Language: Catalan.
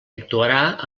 actuarà